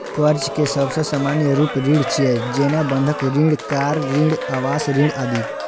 कर्ज के सबसं सामान्य रूप ऋण छियै, जेना बंधक ऋण, कार ऋण, आवास ऋण आदि